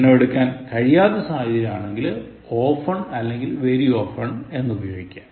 എണ്ണം എടുക്കാൻ കഴിയാത്ത സാഹചര്യം ആണെങ്കിൽ often അല്ലെങ്കിൽ very often എന്ന് ഉപയോഗിക്കുക